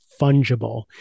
fungible